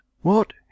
What